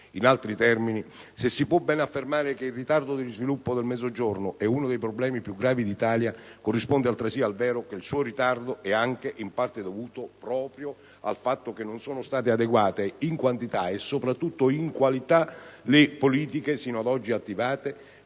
In altri termini*,* se si può ben affermare che il ritardo nello sviluppo del Mezzogiorno sia uno dei problemi più gravi d'Italia, corrisponde altresì al vero che il ritardo in parte è dovuto proprio al fatto che non sono state adeguate in quantità e soprattutto in qualità le politiche sino ad oggi attivate